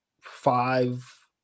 five